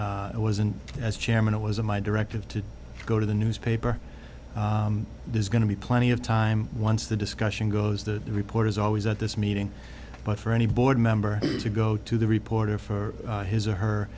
it wasn't as chairman it was a my directive to go to the newspaper there's going to be plenty of time once the discussion goes the report is always at this meeting but for any board member to go to the reporter for his or her